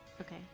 Okay